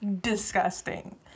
disgusting